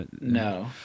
no